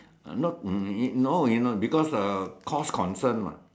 not money no you know because uh cost concern mah